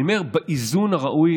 אני אומר: באיזון הראוי.